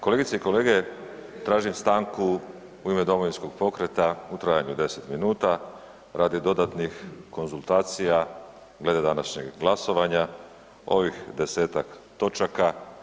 Kolegice i kolege, tražim stanku u ime Domovinskog pokreta u trajanju od 10 minuta radi dodatnih konzultacija glede današnjeg glasovanja ovih desetak točaka.